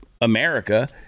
America